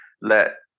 let